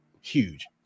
huge